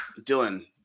Dylan